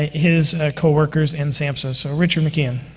his coworkers, and samhsa. so, richard mckeon.